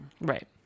Right